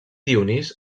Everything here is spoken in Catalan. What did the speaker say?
dionís